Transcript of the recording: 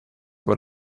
what